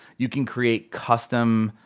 you can create custom